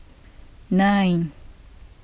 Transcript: nine